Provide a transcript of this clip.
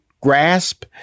grasp